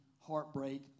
heartbreak